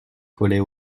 collait